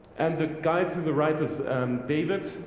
and the guy to the right is and david.